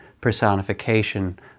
personification